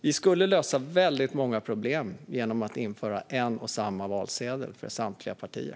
Ni skulle lösa väldigt många problem genom att införa en och samma valsedel för samtliga partier.